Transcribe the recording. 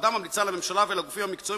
הוועדה ממליצה לממשלה ולגופים המקצועיים